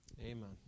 Amen